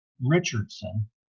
Richardson